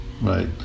right